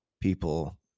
people